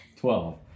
Twelve